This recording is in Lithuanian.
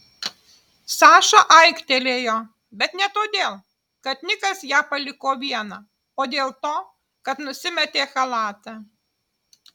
saša aiktelėjo bet ne todėl kad nikas ją paliko vieną o dėl to kad nusimetė chalatą